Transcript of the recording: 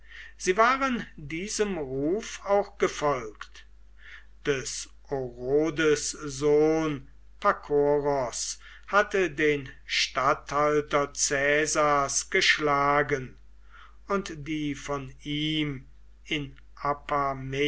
sie waren diesem ruf auch gefolgt des orodes sohn pakoros hatte den statthalter caesars geschlagen und die von ihm in